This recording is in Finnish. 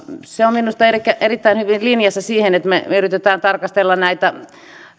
se on minusta erittäin hyvin linjassa siihen että me me yritämme tarkastella näitä